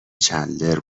چندلر